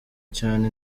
cyane